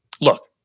Look